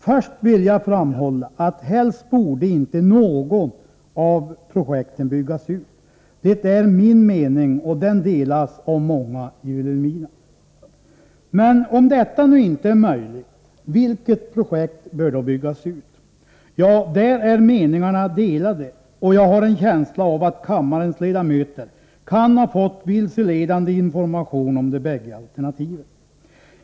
Först vill jag framhålla att helst borde inte något av projekten byggas ut. Det är min mening, och den delas av många i Vilhelmina. Men om detta nu inte är möjligt, vilket projekt bör då byggas ut? Ja, där är meningarna delade, och jag har en känsla av att kammarens ledamöter kan ha fått vilseledande information om de bägge alternativen.